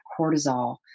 cortisol